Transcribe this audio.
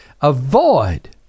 Avoid